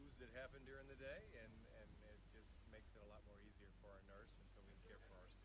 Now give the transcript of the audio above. that happen during the day and and it just makes it a lot more easier for our nurse and so we can care for our